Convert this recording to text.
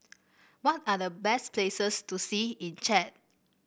what are the best places to see in Chad